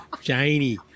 shiny